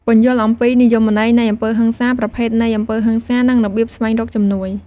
ពន្យល់អំពីនិយមន័យនៃអំពើហិង្សា ប្រភេទនៃអំពើហិង្សា និងរបៀបស្វែងរកជំនួយ។